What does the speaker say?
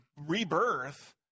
rebirth